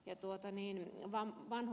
ja tuota niin että vaa an